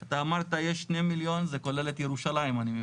אמרת יש 2 מיליון, זה כולל את ירושלים אני מבין?